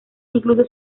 incluso